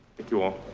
thank you all.